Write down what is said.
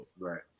Right